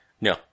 No